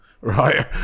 right